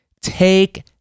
Take